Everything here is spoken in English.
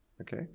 okay